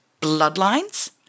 bloodlines